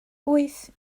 wyth